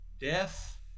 Death